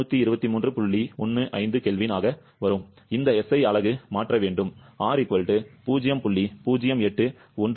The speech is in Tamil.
15 K ஆக வரும் அந்த SI அலகு மாற்ற வேண்டும் R 0